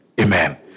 Amen